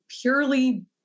purely